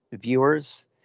viewers